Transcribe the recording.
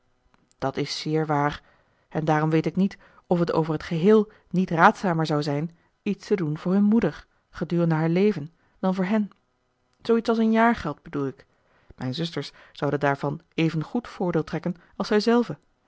dat is zéér waar en daarom weet ik niet of het over t geheel niet raadzamer zou zijn iets te doen voor hun moeder gedurende haar leven dan voor hen zooiets als een jaargeld bedoel ik mijn zusters zouden daarvan evengoed voordeel trekken als zij zelve